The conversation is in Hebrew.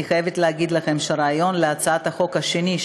אני חייבת להגיד לכם שהרעיון להצעת החוק השנייה,